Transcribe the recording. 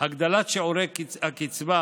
הגדלת שיעורי הקצבה